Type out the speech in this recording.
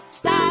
Stop